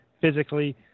physically